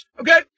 Okay